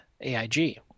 AIG